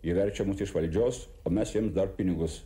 ir verčia mus iš valdžios o mes jiems dar pinigus